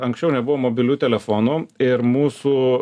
anksčiau nebuvo mobilių telefonų ir mūsų